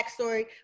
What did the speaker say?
backstory